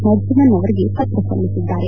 ನರಸಿಂಹನ್ ಅವರಿಗೆ ಪತ್ರ ಸಲ್ತಿಸಿದ್ದಾರೆ